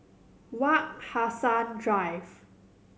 Wak Hassan Drive